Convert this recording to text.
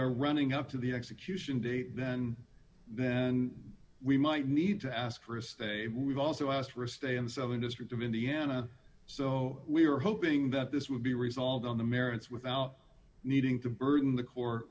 are running up to the execution date then then we might need to ask for a stay we've also asked for a stay in the southern district of indiana so we are hoping that this will be resolved on the merits without needing to burden the court